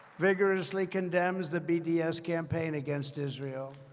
vigorously condemns the bds campaign against israel.